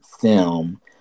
film